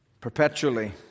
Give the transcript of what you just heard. perpetually